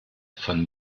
von